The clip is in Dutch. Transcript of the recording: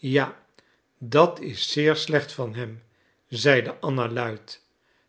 ja dat is zeer slecht van hem zeide anna luid